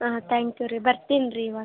ಹಾಂ thank you ರೀ ಬರ್ತೀನಿ ರೀ ಇವಾಗ